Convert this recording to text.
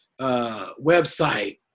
website